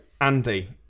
Andy